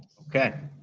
okay.